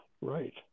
right